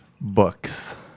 books